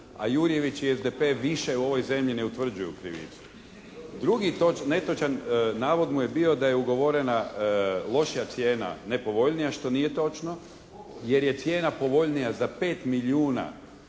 a Jurjević i SDP više u ovoj zemlji ne utvrđuju krivicu. Drugi netočan navod mu je bio da je ugovorena lošija cijena, nepovoljnija što nije točno, jer je cijena povoljnija za 5 milijuna